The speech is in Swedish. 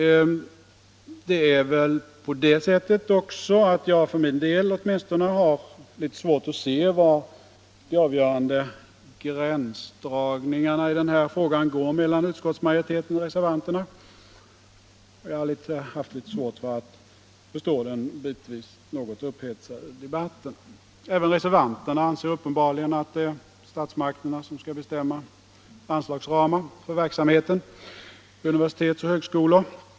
Jag för min del har litet svårt att se var de avgörande gränserna i den här frågan går mellan utskottsmajoritet och reservanter. Jag har också litet svårt att förstå den bitvis något upphetsade debatten. Även reservanterna anser uppenbarligen att det är statsmakterna som skall bestämma anslagsramen för verksamheten vid universitet och högskolor.